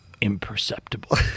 imperceptible